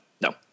no